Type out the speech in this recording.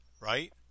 right